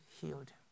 healed